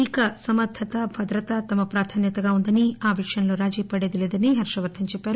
ఇక సమర్దత భద్రత తమ ప్రాధాన్యతగా ఉందని ఆ విషయంలో రాజీపడేది లేదని హర్షవర్గస్ చెప్పారు